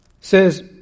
says